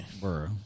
bro